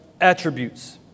attributes